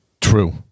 True